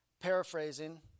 paraphrasing